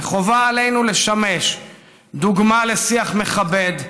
וחובה עלינו לשמש דוגמה לשיח מכבד,